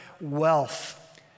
wealth